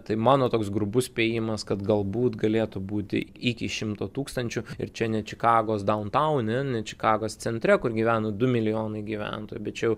tai mano toks grubus spėjimas kad galbūt galėtų būti iki šimto tūkstančių ir čia ne čikagos daun taune ne čikagos centre kur gyvena du milijonai gyventojų bet čia jau